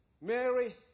Mary